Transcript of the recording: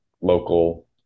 local